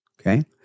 Okay